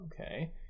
Okay